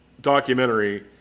documentary